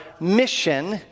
mission